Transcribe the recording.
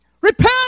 Repent